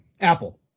Apple